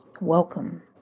welcome